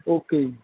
okay ਜੀ